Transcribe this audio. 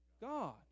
God